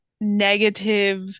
negative